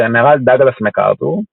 הגנרל דאגלס מקארתור,